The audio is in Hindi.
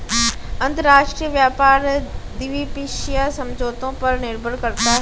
अंतरराष्ट्रीय व्यापार द्विपक्षीय समझौतों पर निर्भर करता है